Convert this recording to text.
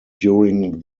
during